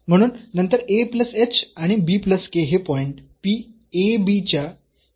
म्हणून नंतर आणि हे पॉईंट च्या शेजारी असतील